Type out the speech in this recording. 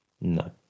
no